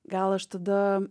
gal aš tada